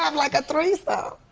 um like, a threesome.